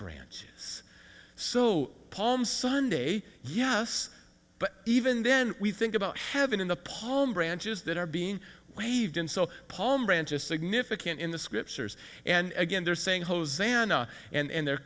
branches so palm sunday yes but even then we think about heaven in the palm branches that are being waved in so palm branches significant in the scriptures and again they're saying hosanna and they're